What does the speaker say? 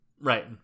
Right